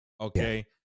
okay